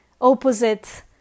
opposite